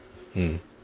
mm